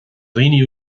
dhaoine